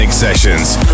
sessions